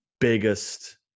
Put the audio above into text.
biggest